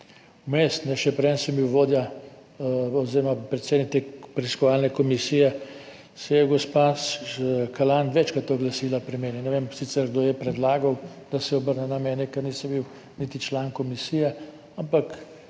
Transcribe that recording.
Vmes, še preden sem bil vodja oziroma predsednik te preiskovalne komisije, se je gospa Šeremet Kalanj večkrat oglasila pri meni. Ne vem sicer, kdo ji je predlagal, da se obrne na mene, ker nisem bil niti član komisije, ampak